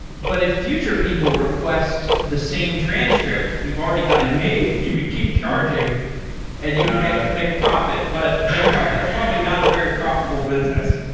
but if future people request the same transcript, you've already got it and made. you can keep charging and you can make make a profit. but that's probably not a very profitable business.